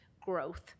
growth